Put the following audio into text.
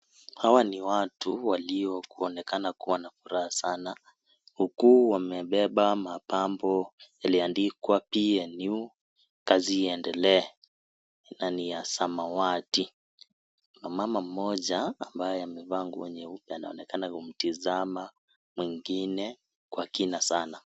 Hawa ni watu walioonekana kuwa na furaha sana, huku wamebeba mapambo yaliyoandikwa PNU kazi iendelee, na ni ya samawati. Mama mmoja ambaye amevaa nguo nyeupe anaomekana kumtizama mwingine kwa kina sana.